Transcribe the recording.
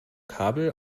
kabel